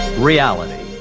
reality.